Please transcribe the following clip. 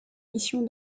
missions